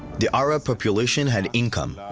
the arab population had income.